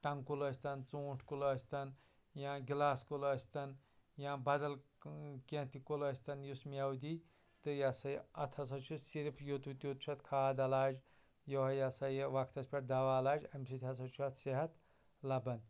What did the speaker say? ٹَنٛگہٕ کُلۍ ٲسۍتَن ژوٗنٛٹھۍ کُلۍ ٲسۍتَن یا گِلاس کُل ٲسۍتَن یا بدل کیٚنٛہہ تہِ کُلۍ ٲسۍتَن یُس مٮ۪وٕ دِیہِ تہٕ یا سا یہِ اتھ ہسا چھُ صِرف یوٗت و توٗت چھُ اَتھ کھاد علاج یِہَے یا سا یہِ وقتَس پٮ۪ٹھ دوا علاج اَمہِ سۭتۍ ہسا چھُ اَتھ صحت لَبان